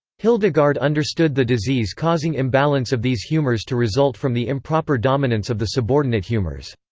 hildegard understood the disease-causing imbalance of these humors to result from the improper dominance of the subordinate humors.